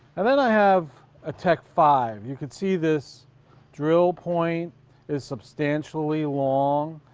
and then i have a tek five. you can see this drill point is substantially longer.